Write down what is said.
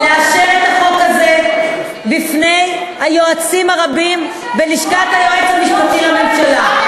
לאשר את החוק הזה בפני היועצים הרבים בלשכת היועץ המשפטי לממשלה.